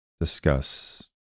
discuss